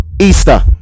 Easter